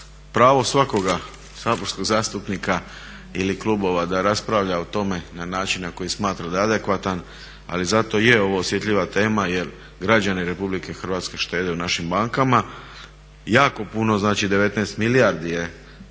pravo svakoga saborskog zastupnika ili klubova da raspravlja o tome na način na koji smatra da je adekvatan, ali zato je ovo osjetljiva tema jel građani RH štede u našim bankama, jako puno, znači 19 milijardi je